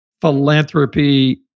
philanthropy